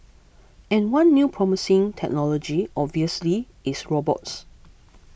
and one new promising technology obviously is robots